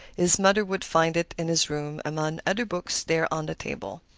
his mother would find it in his room, among other books there on the table.